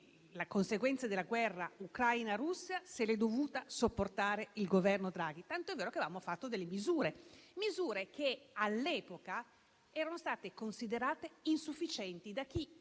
la conseguenza della guerra tra Ucraina e Russia se l'è dovuta sopportare ancora il Governo Draghi, tant'è vero che avevamo fatto alcune misure, che all'epoca erano state considerate insufficienti da chi